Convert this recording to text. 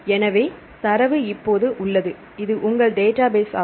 எனவே தரவு இப்போது உள்ளது இது உங்கள் டேட்டாபேஸ் ஆகும்